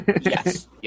yes